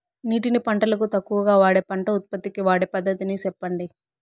నీటిని పంటలకు తక్కువగా వాడే పంట ఉత్పత్తికి వాడే పద్ధతిని సెప్పండి?